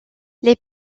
les